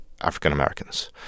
African-Americans